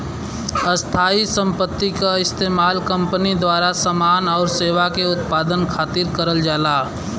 स्थायी संपत्ति क इस्तेमाल कंपनी द्वारा समान आउर सेवा के उत्पादन खातिर करल जाला